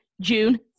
June